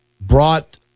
brought